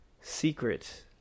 secret